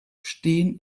stehen